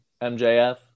MJF